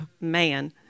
man